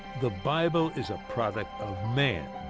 the bible is a product of man,